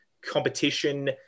competition